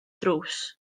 drws